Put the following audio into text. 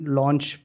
launch